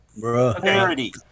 Parody